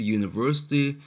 university